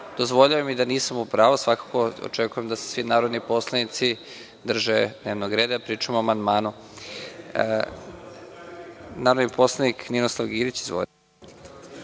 dozvoljavam i da nisam u pravu. Svakako očekujem da se svi narodni poslanici drže dnevnog reda, pričamo o amandmanu. Reč ima narodni poslanik Ninoslav Girić. Izvolite.